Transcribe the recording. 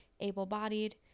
able-bodied